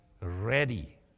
ready